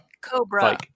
Cobra